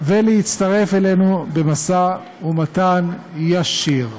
ולהצטרף אלינו למשא-ומתן ישיר.